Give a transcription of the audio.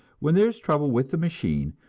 when there is trouble with the machine,